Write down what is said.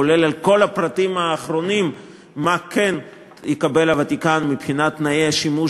כולל כל הפרטים האחרונים מה כן יקבל הוותיקן מבחינת תנאי השימוש